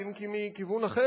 אם כי מכיוון אחר,